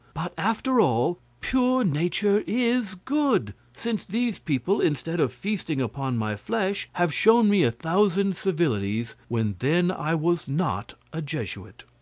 but, after all, pure nature is good, since these people, instead of feasting upon my flesh, have shown me a thousand civilities, when then i was not a jesuit.